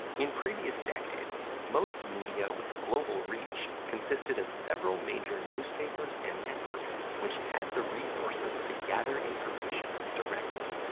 in previous decades, most media with global reach consisted of several major newspapers and networks which had the resources to gather information directly.